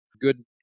good